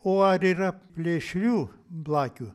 o ar yra plėšrių blakių